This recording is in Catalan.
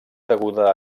deguda